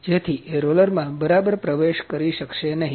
જેથી એ રોલરમાં બરાબર પ્રવેશ કરી શકશે નહીં